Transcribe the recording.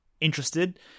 interested